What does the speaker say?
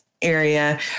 area